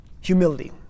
Humility